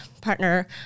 partner